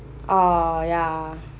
orh ya